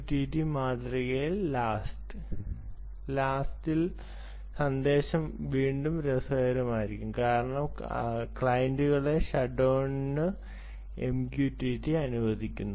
MQTT മാതൃകയിൽ last will സന്ദേശങ്ങൾ വീണ്ടും രസകരമായിരിക്കും കാരണം ക്ലയന്റുകളെ ഷട്ട്ഡൌൺ നു MQTT അനുവദിക്കുന്നു